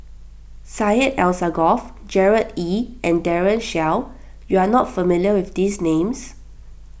Syed Alsagoff Gerard Ee and Daren Shiau you are not familiar with these names